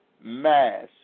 mass